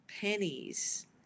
pennies